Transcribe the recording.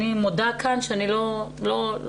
אני מודה כאן שאני לא מומחית,